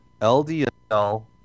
LDL